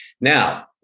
Now